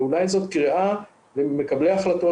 ואולי זו קריאה למקבלי ההחלטות,